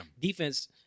defense